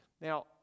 Now